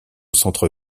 centre